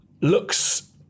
looks